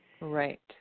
Right